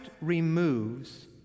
removes